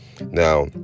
Now